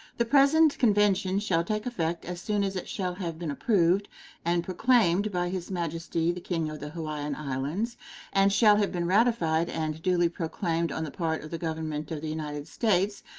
the present convention shall take effect as soon as it shall have been approved and proclaimed by his majesty the king of the hawaiian islands and shall have been ratified and duly proclaimed on the part of the government of the united states,